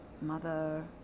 mother